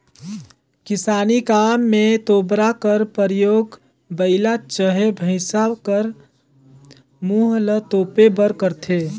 किसानी काम मे तोबरा कर परियोग बइला चहे भइसा कर मुंह ल तोपे बर करथे